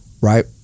Right